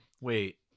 wait